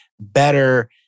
better